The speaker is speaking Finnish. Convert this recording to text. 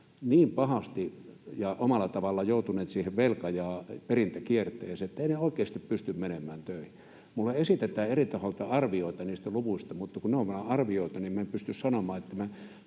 takia ovat omalla tavallaan joutuneet siihen velka- ja perintäkierteeseen niin pahasti, että eivät oikeasti pysty menemään töihin? Minulle esitetään eri tahoilta arvioita niistä luvuista, mutta kun ne ovat vain arvioita, niin en pysty sitä sanomaan, ja